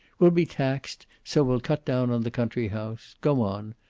we'll be taxed, so we'll cut down on the country house go on.